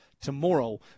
tomorrow